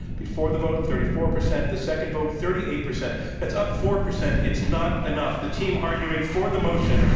before the vote, thirty four percent, the second vote, thirty eight percent, that's up four percent. it's not enough. the team arguing for the motion,